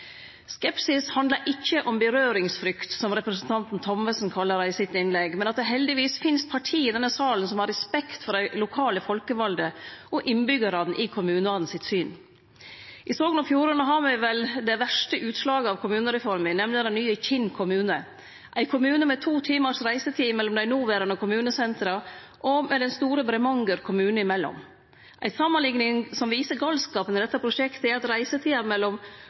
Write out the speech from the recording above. Skepsis handlar ikkje om berøringsfrykt, som representanten Thommessen kalla det i innlegget sitt, men at det heldigvis finst parti i denne salen som har respekt for dei lokale folkevalde og innbyggjarane i kommunane sitt syn. I Sogn og Fjordane har me vel det verste utslaget av kommunereforma, nemleg den nye Kinn kommune, ein kommune med to timars reisetid mellom dei noverande kommunesentra og med den store Bremanger kommune imellom. Ei samanlikning som viser galskapen i dette prosjektet, er at reisetida mellom